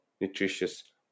nutritious